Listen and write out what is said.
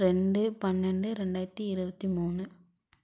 ரெண்டு பன்னெண்டு ரெண்டாயிரத்தி இருபத்தி மூணு